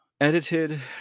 edited